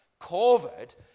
covid